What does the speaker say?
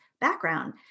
background